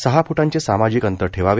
सहा फुटांचे सामाजिक अंतर ठेवावे